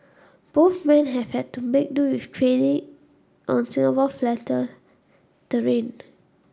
both men have had to make do with training on Singapore flatter terrain